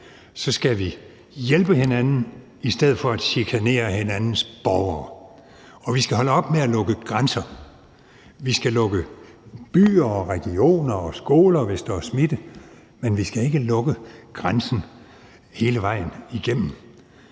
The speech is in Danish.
nu skal vi hjælpe hinanden i stedet for at chikanere hinandens borgere, og vi skal holde op med at lukke grænser. Vi skal lukke byer og regioner og skoler, hvis der er smitte, men vi skal ikke lukke grænsen hele vejen igennem,